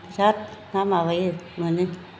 बिराद ना माबायो मोनो